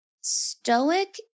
stoic